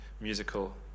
musical